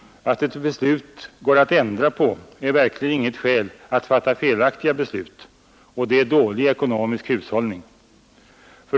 Att det är möjligt att ändra ett beslut är verkligen inget skäl för att fatta felaktiga beslut. Och det är dålig ekonomisk hushållning.